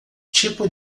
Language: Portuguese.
tipo